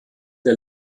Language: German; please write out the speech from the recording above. der